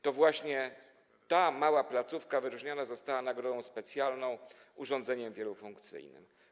To właśnie ta mała placówka wyróżniona została nagrodą specjalną - urządzeniem wielofunkcyjnym.